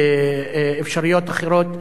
אפשרויות אחרות.